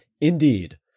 indeed